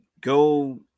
go